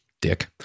dick